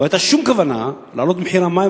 לא היתה שום כוונה להעלות את מחירי המים